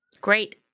Great